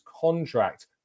contract